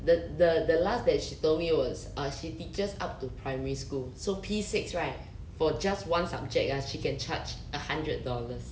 the the the last that she told me was ah she teaches up to primary school so P six right for just one subject ah she can charge a hundred dollars